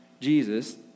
Jesus